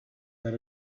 that